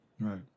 Right